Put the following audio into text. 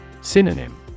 Synonym